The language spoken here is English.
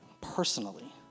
personally